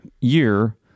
year